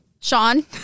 Sean